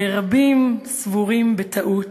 רבים סבורים בטעות